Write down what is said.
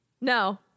No